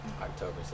October